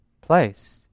place